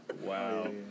Wow